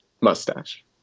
Mustache